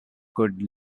could